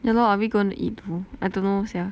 yeah lor are we going to eat too I don't know sia